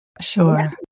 Sure